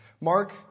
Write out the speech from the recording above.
Mark